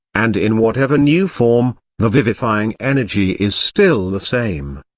and in whatever new form, the vivifying energy is still the same.